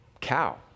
cow